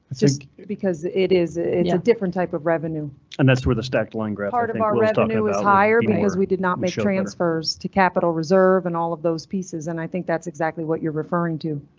just because it is, it's a different type of revenue and that's where the stacked line graph part of our revenue is higher because we did not make transfers to capital reserve and all of those pieces, and i think that's exactly what you're referring to.